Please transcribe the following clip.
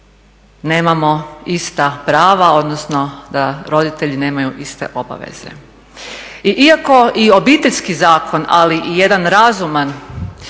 nemamo ista prava odnosno da roditelji nemaju iste obaveze. I iako i Obiteljski zakon ali i jedan razuman